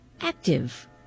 active